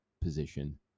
position